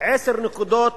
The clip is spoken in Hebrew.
עשר נקודות